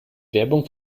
werbung